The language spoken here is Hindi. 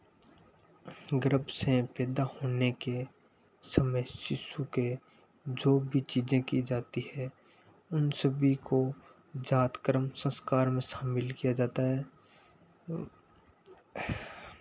गर्भ से पैदा होने के समय शिशु के जो भी चीज़ें की जाती है उन सभी को जातकर्म संस्कार में शामिल किया जाता है